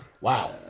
Wow